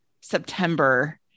September